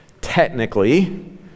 technically